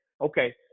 okay